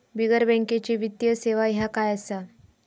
बिगर बँकेची वित्तीय सेवा ह्या काय असा?